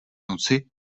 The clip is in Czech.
noci